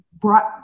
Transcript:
brought